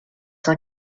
cent